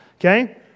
okay